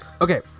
Okay